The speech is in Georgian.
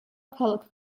ქალაქ